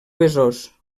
besòs